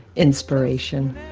inspiration.